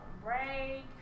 break